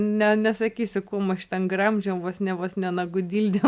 ne nesakysiu kuom aš ten gramdžiau vos ne vos ne nagų dildėm